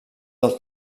del